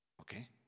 Okay